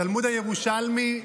התלמוד הירושלמי,